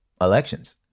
elections